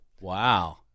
Wow